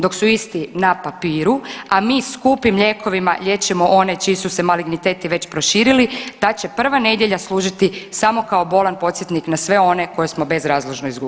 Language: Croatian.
Dok su isti na papiru, a mi skupim lijekovima liječimo one čiji su se maligniteti već proširili ta će prva nedjelja služiti samo kao bolan podsjetnik na sve one koje smo bezrazložno izgubili.